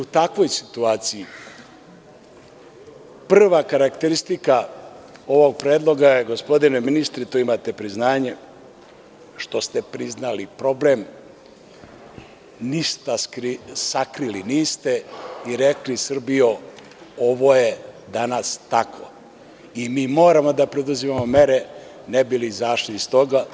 U takvoj situaciji prva karakteristika ovog predloga je, gospodine ministre, tu imate priznanje, što ste priznali problem i niste sakrili i rekli – Srbijo, ovo je danas tako i mi moramo da preduzimamo mere ne bi li izašli iz toga.